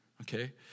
Okay